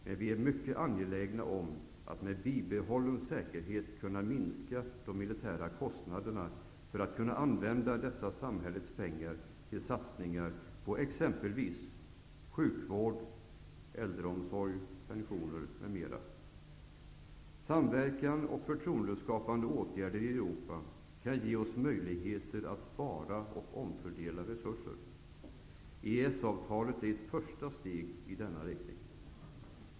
Men vi är mycket angelägna om att med bibehållen säkerhet kunna minska de militära kostnaderna för att kunna använda dessa samhällets pengar till satsningar på exempelvis sjukvård, äldreomsorg, pensioner m.m. Samverkan och förtroendeskapande åtgärder i Europa kan ge oss möjligheter att spara och omfördela resurser. EES avtalet är ett första steg i denna riktning.